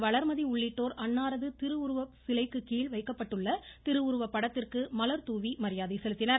வளர்மதி உள்ளிட்டோர் அன்னாரது திருவுருவ சிலைக்கு கீழ் வைக்கப்பட்டுள்ள திருவுருவப்படத்திற்கு மலர்தூவி மரியாதை செலுத்தினர்